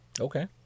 Okay